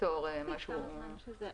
בנק ישראל מפרסם את המידע הזה.